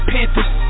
Panthers